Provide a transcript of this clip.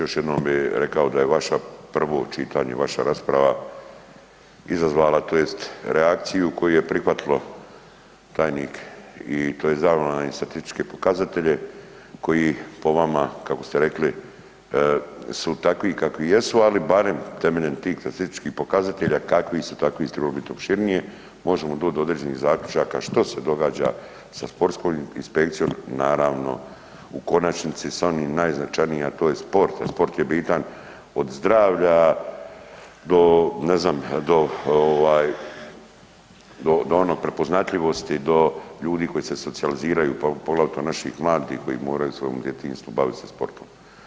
Još jednom bi rekao da je vaša, prvo čitanje, vaša rasprava izazvala tj. reakciju koju je prihvatilo tajnik i tj. dalo nam je i statističke pokazatelje koji po vama, kako ste rekli, su takvi kakvi jesu, ali barem temeljem tih statističkih pokazatelja kakvi su takvi, trebali su bit opširniji, možemo doć do određenih zaključaka što se događa sa sportskom inspekcijom, naravno u konačnici sa onim najznačajnijim, a to je sport, a sport je bitan od zdravlja do ne znam do ono prepoznatljivosti do ljudi koji se socijaliziraju, poglavito naših mladih koji moraju se u djetinjstvu baviti sportom.